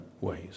ways